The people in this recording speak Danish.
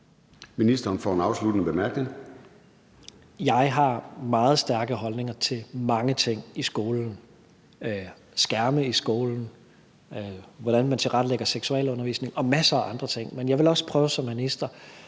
undervisningsministeren (Mattias Tesfaye): Jeg har meget stærke holdninger til mange ting i skolen: skærme i skolen, hvordan man tilrettelægger seksualundervisning og masser af andre ting. Men jeg vil også prøve som minister